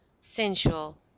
sensual